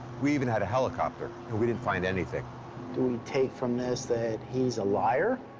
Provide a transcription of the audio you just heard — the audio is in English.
we even had a helicopter, and we didn't find anything. do we take from this that he's a liar?